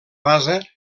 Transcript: basa